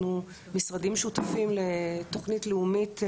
אנחנו משרדים שותפים לתוכנית לאומית.